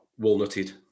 walnutted